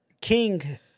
King